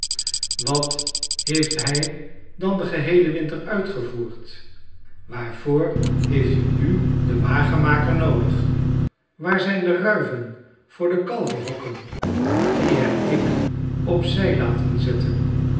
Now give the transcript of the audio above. wat heeft hij dan den geheelen winter uitgevoerd waarvoor heeft u nu den wagenmaker noodig waar zijn de ruiven voor de kalverhokken die heb ik op zij laten zetten